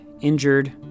injured